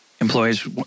employees